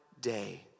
day